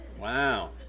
Wow